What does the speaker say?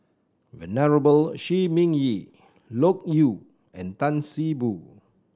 Venerable Shi Ming Yi Loke Yew and Tan See Boo